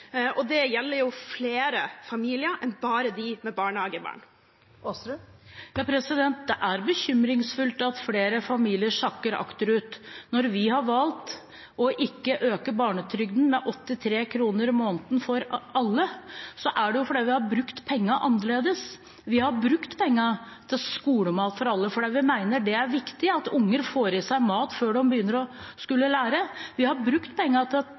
øker? Det gjelder flere familier enn bare dem med barnehagebarn. Det er bekymringsfullt at flere familier sakker akterut. Når vi har valgt å ikke øke barnetrygden med 83 kr i måneden for alle, er det fordi vi har brukt pengene annerledes. Vi har brukt pengene til skolemat for alle, for vi mener det er viktig at unger får i seg mat før de begynner å skulle lære. Vi har brukt pengene til en tannhelsereform, som gjør at